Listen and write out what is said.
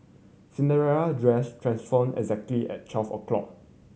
Cinderella dress transformed exactly at twelve o'clock